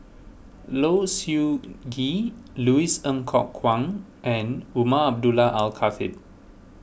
Low Siew Nghee Louis Ng Kok Kwang and Umar Abdullah Al Khatib